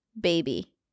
Baby